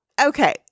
okay